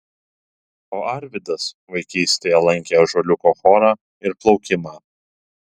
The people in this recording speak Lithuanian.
o arvydas vaikystėje lankė ąžuoliuko chorą ir plaukimą